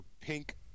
pink